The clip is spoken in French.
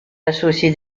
associent